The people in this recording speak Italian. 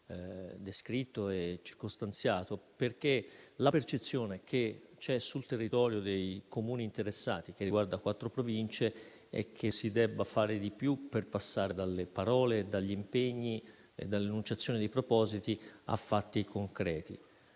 descritto e circostanziato. Infatti, la percezione che c'è sul territorio dei Comuni interessati - che riguarda quattro Province - è che si debba fare di più per passare dalle parole, dagli impegni e dall'enunciazione di propositi a fatti concreti.